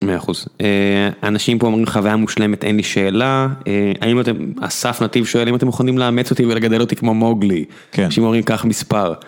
100% אנשים פה אומרים חוויה מושלמת אין לי שאלה האם אתם אסף נתיב שואל אם אתם מוכנים לאמץ אותי ולגדל אותי כמו מוגלי, אנשים אומרים קח מספר.